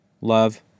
Love